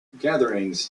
gatherings